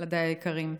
ילדיי היקרים,